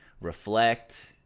reflect